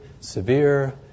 severe